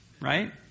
right